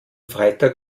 freitag